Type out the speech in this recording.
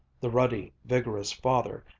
the ruddy, vigorous father,